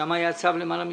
שם חיכינו למעלה משנה.